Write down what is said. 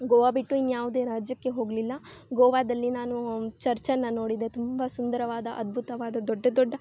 ಗೋವಾ ಬಿಟ್ಟು ಇನ್ನೂ ಯಾವುದೇ ರಾಜ್ಯಕ್ಕೆ ಹೋಗಲಿಲ್ಲ ಗೋವಾದಲ್ಲಿ ನಾನೂ ಚರ್ಚನ್ನು ನೋಡಿದ್ದೆ ತುಂಬ ಸುಂದರವಾದ ಅದ್ಭುತವಾದ ದೊಡ್ಡ ದೊಡ್ಡ